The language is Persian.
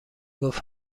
گفت